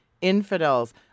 infidels